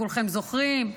כולכם זוכרים,